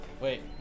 Wait